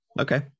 okay